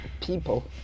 people